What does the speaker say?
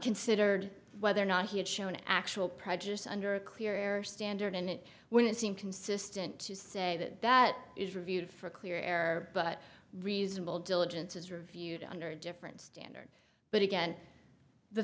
considered whether or not he had shown actual prejudice under a clear error standard and it wouldn't seem consistent to say that that is reviewed for clear air but reasonable diligence is reviewed under different standards but again the